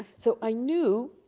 so, i knew,